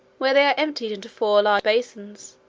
where they are emptied into four large basins,